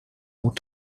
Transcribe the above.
more